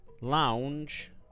lounge